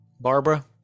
Barbara